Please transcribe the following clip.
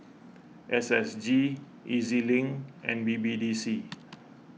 S S G E Z Link and B B D C